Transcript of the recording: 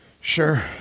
Sure